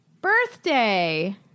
Birthday